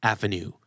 Avenue